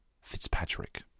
Fitzpatrick